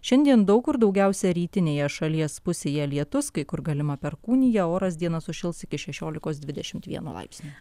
šiandien daug kur daugiausia rytinėje šalies pusėje lietus kai kur galima perkūnija oras dieną sušils iki šešiolikos dvidešimt vieno laipsnio